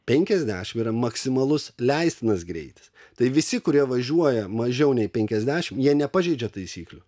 penkiasdeimt yra maksimalus leistinas greitis tai visi kurie važiuoja mažiau nei penkiasdešimt jie nepažeidžia taisyklių